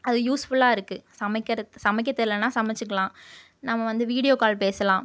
அது யூஸ்ஃபுல்லாக இருக்குது சமைக்கிறக்கு சமைக்கத் தெரிலேன்னா சமைச்சிக்கலாம் நம்ம வந்து வீடியோ கால் பேசலாம்